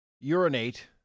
urinate